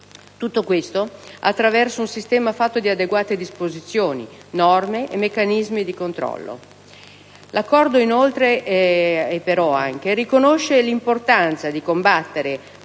Tutto ciò attraverso un sistema fatto di adeguate disposizioni, norme e meccanismi di controllo. L'Accordo riconosce però anche l'importanza di combattere